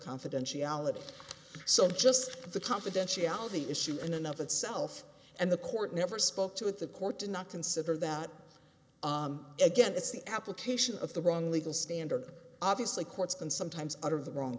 confidentiality so just the confidentiality issue and enough itself and the court never spoke to it the court did not consider that again it's the application of the wrong legal standard obviously courts and sometimes of the wrong